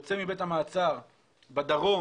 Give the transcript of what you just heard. יוצא מבית המעצר בדרום